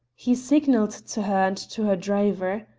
he signalled to her and to her driver.